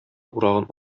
урагын